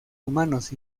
humanos